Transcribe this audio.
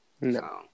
No